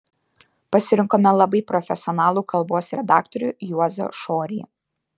pasirinkome labai profesionalų kalbos redaktorių juozą šorį